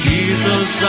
Jesus